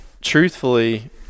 truthfully